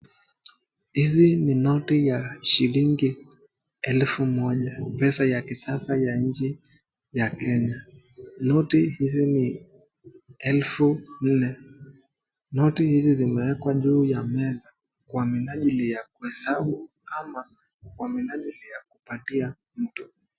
Hizi ni noti ya shilingi elfu moja, pesa ya kisasa ya nchi ya Kenya. Noti hizi ni elfu nne. Noti hizi zimewekwa juu ya meza kwa minajili ya kuhesabu ama kwa minajili ya kumpatia mtu.